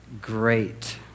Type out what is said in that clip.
great